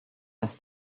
dass